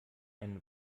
einen